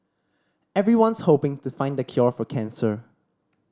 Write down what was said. everyone's hoping to find the cure for cancer